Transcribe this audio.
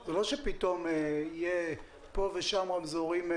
זה לא שפתאום יהיה פה ושם רמזורים,